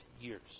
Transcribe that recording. years